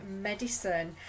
medicine